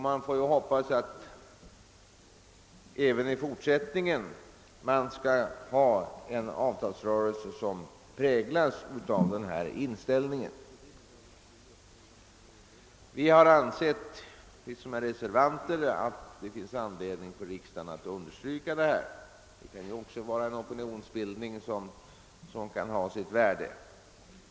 Man får hoppas att vi även i fortsättningen skall få avtalsrörelser som präglas av den inställningen. Reservantierna har ansett att det finns anledning för riksdagen att understryka detta. Det vore en opinionsyttring som kan ha sitt värde.